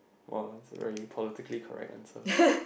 !wah! that is a very politically correct answer